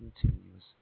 continuous